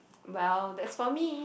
well that's for me